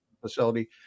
facility